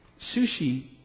sushi